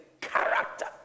character